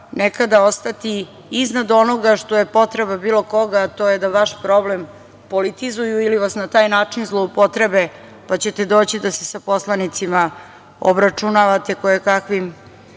nekada ostati iznad onoga što je potreba bilo koga, a to je da vaš problem politizuju ili vas na taj način zloupotrebe, pa ćete doći da se poslanicima obračunavate koje kakvim